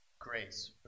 grace